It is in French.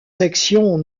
section